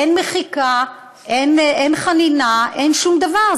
אין מחיקה, אין חנינה, אין שום דבר.